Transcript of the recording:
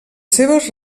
seves